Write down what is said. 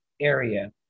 area